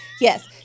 Yes